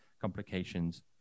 complications